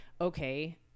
Okay